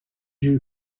you